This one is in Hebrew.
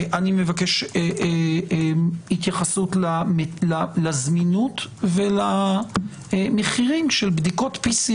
אני מבקש התייחסות לזמינות ולמחירים של בדיקות PCR